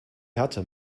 härte